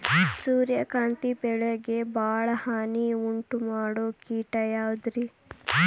ಸೂರ್ಯಕಾಂತಿ ಬೆಳೆಗೆ ಭಾಳ ಹಾನಿ ಉಂಟು ಮಾಡೋ ಕೇಟ ಯಾವುದ್ರೇ?